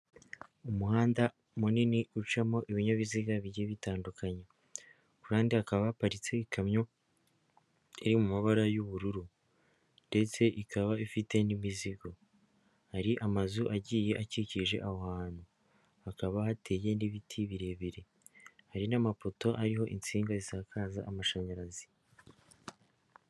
Umuhanda munini ucamo ibinyabiziga bigiye bitandukanye, kuruhande hakaba haparitse ikamyo iri mu mabara y'ubururu ndetse ikaba ifite n'imizigo, hari amazu agiye akikije aho hantu, hakaba hateye n'ibiti birebire, hari n'amapoto ariho insinga zisakaza amashanyarazi.